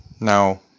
now